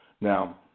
Now